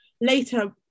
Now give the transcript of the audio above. later